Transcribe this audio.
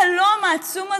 החלום העצום הזה,